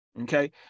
Okay